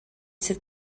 sydd